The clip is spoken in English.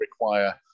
require